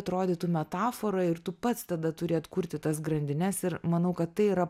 atrodytų metafora ir tu pats tada turi atkurti tas grandines ir manau kad tai yra